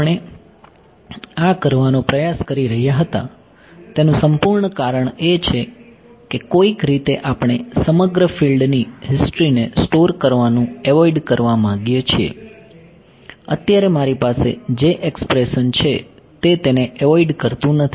આપણે આ કરવાનો પ્રયાસ કરી રહ્યા હતા તેનું સંપૂર્ણ કારણ એ છે કે કોઈક રીતે આપણે સમગ્ર ફિલ્ડની હિસ્ટ્રીને સ્ટોર કરવાનું એવોઈડ કરવા માંગીએ છીએ અત્યારે મારી પાસે જે એક્સપ્રેશન છે તે તેને એવોઈડ કરતુ નથી